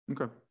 Okay